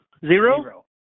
Zero